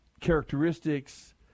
characteristics